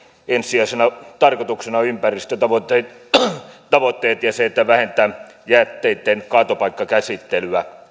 ensisijaisena tarkoituksena on ympäristötavoitteet ja se että vähennetään jätteitten kaatopaikkakäsittelyä